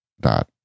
dot